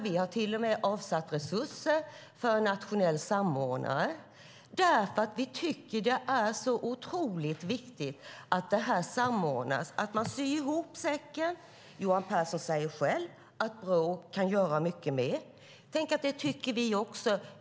Vi har till och med avsatt resurser för en nationell samordnare därför att vi tycker att det är så otroligt viktigt att detta samordnas och att man syr ihop säcken. Johan Pehrson säger själv att Brå kan göra mycket mer. Det tycker vi också.